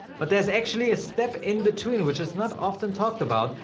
but there's actually a step in between which is not often talked about.